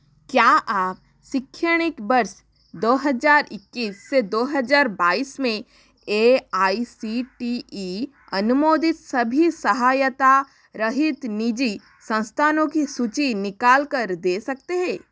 क्या आप शिक्षणिक वर्ष दो हजार इक्कीस से दो हजार बाईस में A I C T E अनुमोदित सभी सहायता रहित निजी संस्थानों की सूची निकाल कर दे सकते हैं